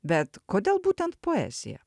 bet kodėl būtent poezija